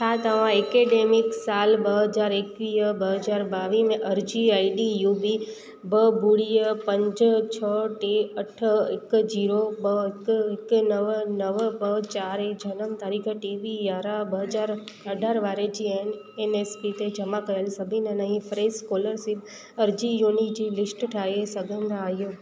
छा तव्हां ऐकेडमिक साल ॿ हज़ार एकवीह ॿ हज़ार ॿावीह में अर्जी आई डी यू वी ॿ ॿुड़ी पंज छह टे अठ हिकु जीरो ॿ हिकु हिकु नव नव ॿ चारि ए जनम तारीख़ टेवीह यारहं ॿ हज़ार आधार वारे जे एन एस पी ते जमा कयनि सभई अञा हीअं फ्रेश स्कोलर्शिप अर्जीयूनि जी लिस्ट ठाहे सघंदा आहियो